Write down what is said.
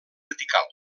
vertical